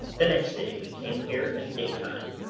the next day we came here in day-time,